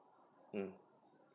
mm